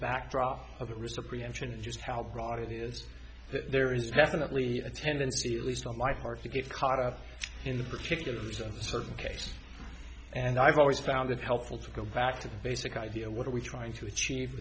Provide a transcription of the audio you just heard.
recent preemption and just how broad it is that there is definitely a tendency at least on my part to get caught up in the particulars of certain cases and i've always found it helpful to go back to the basic idea what are we trying to achieve